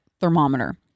thermometer